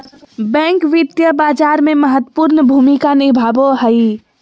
bank वित्तीय बाजार में महत्वपूर्ण भूमिका निभाबो हइ